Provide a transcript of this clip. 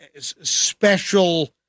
special